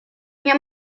nie